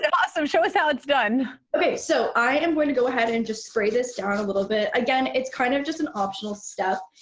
awesome, show us how it's done. okay, so i am going to go ahead and just spray this down a little bit. again, it's kind of just an optional step.